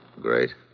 great